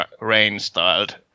Rain-styled